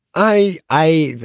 i i.